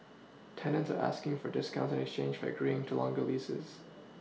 tenants are asking for discounts in exchange for agreeing to longer leases